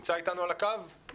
נמצא איתנו בזום?